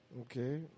Okay